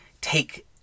take